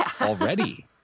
already